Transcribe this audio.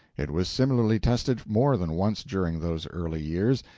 it was similarly tested more than once during those early years.